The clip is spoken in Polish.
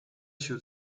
się